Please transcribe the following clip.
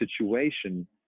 situation